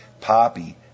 poppy